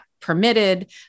permitted